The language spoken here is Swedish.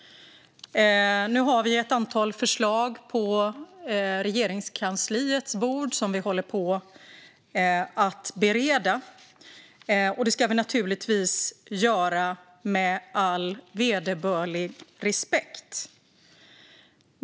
Nu har vi ett antal förslag på Regeringskansliets bord som vi håller på att bereda. Det ska vi naturligtvis göra med all vederbörlig respekt.